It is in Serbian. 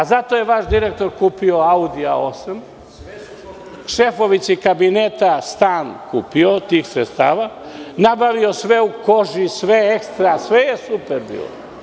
Zato je vaš direktor kupio Audia A8, šefovici kabineta je kupio stan od tih sredstava, nabavio sve u koži, sve ekstra, sve je super bilo.